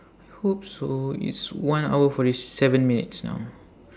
I hope so it's one hour forty seven minutes now